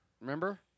Remember